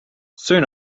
soon